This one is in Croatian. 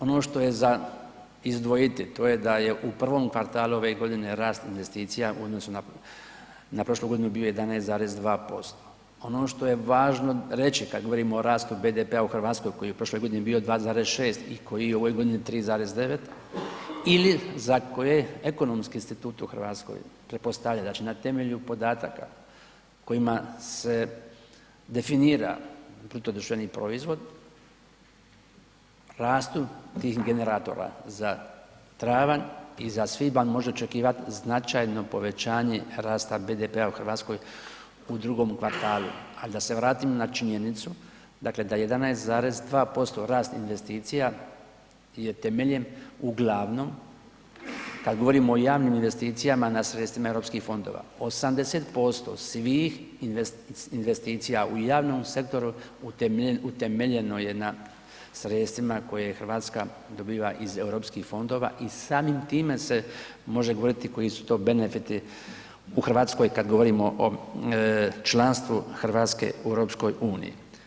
Ono što je za izdvojiti, to je da je u prvom kvartalu ove godine rast investicija u odnosu na prošlu godinu bio 11,2%, on o što je važno reći kad govorimo rastu BDP-a u Hrvatskoj koji je prošle godine bio 2,6 i koji je u ovoj godini 3,9 ili za koje Ekonomski institut u Hrvatskoj pretpostavlja da će na temelju podataka kojima se definira BDP, rastu tih generatora za travanja i svibanj može očekivati značajno povećanje rasta BDP-a u Hrvatskoj u drugom kvartalu ali da se vratimo na činjenicu dakle da 11,2% rast investicija je temeljem uglavnom kad govorimo o javnim investicijama na sredstvima europskih fondova, 80% svih investicija u javnom sektoru utemeljeno je na sredstvima koje Hrvatska dobiva iz europskih fondova i samim time se može govoriti koji su to benefiti u Hrvatskoj kad govorimo o članstvu Hrvatske u EU-u.